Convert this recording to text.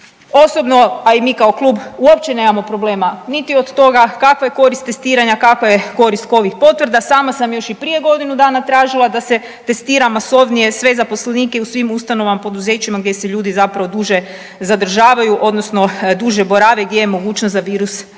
Osobno, a i mi kao klub uopće nemamo problema niti od toga kakva je korist testiranja, kakva je korist covid potvrda. Sama sam još i prije godinu dana tražila da se testira masovnije sve zaposlenike u svim ustanovama i poduzećima gdje se ljudi zapravo duže zadržavaju odnosno duže borave, gdje je mogućnost da virus,